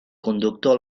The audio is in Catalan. conductor